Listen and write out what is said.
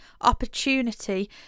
opportunity